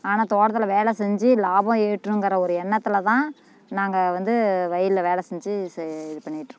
ஆனால் தோட்டத்தில் வேலை செஞ்சு லாபம் ஈட்டணுங்கிற ஒரு எண்ணத்துல தான் நாங்கள் வந்து வயலில் வேலை செஞ்சு இது பண்ணிட்டுருக்கோம்